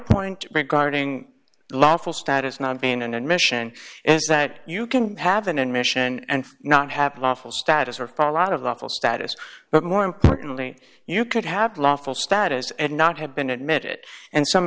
point regarding lawful status not being an admission is that you can have an admission and not have lawful status or for a lot of the awful status but more importantly you could have lawful status and not have been admitted and some